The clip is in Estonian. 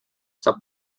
saab